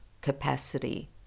capacity